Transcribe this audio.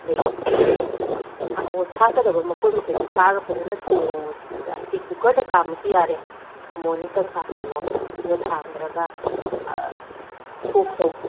ꯑꯗꯩ ꯊꯥꯛ ꯑꯣ ꯊꯥꯛꯀꯗꯕ ꯃꯄꯣꯠ ꯃꯈꯩꯗꯣ ꯊꯥꯛꯑꯒ ꯐꯖꯅ ꯊꯣꯡꯉꯣ ꯍꯥꯏꯗꯤ ꯀꯨꯀꯔꯗ ꯀꯥꯝꯃꯁꯨ ꯌꯥꯔꯦ ꯑꯃꯨꯔꯛ ꯑꯅꯤꯔꯛ ꯇꯪ ꯀꯥꯝꯍꯜꯂꯣ ꯑꯗꯨꯒ ꯊꯥꯡꯗꯔꯒ ꯁꯣꯛ ꯇꯧ